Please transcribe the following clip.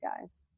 guys